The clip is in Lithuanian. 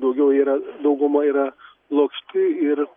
daugiau yra dauguma yra plokšti ir